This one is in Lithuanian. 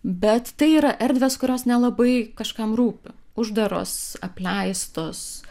bet tai yra erdvės kurios nelabai kažkam rūpi uždaros apleistos